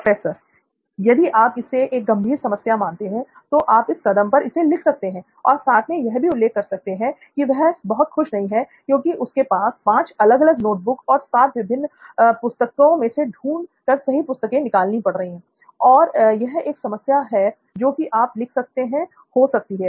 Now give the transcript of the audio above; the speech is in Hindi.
प्रोफेसर यदि आप इसे एक गंभीर समस्या मानते हैं तो आप इस कदम पर इसे लिख सकते हैं और साथ में यह भी उल्लेख कर सकते हैं कि वह बहुत खुश नहीं है क्योंकि उसे 5 अलग अलग नोटबुक और 7 भिन्न भिन्न पुस्तकों में से ढूंढ कर सही पुस्तक निकालनी पड़ रही है और यह एक समस्या जो कि आप लिख सकते हैं हो सकती हैं